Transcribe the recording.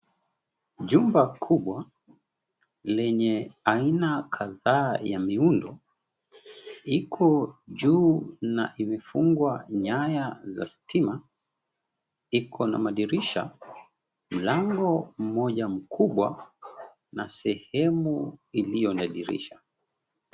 Jumba kubwa lenye aina kadhaa ya miuondo iko juu na imefungwa nyaya za stima ikona madirisha, lango moja mkubwa na sehemu iliyo na dirisha.